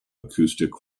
acoustic